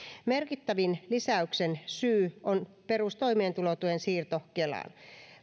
merkittävin lisäyksen syy on perustoimeentulotuen siirto kelaan